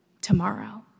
tomorrow